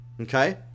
Okay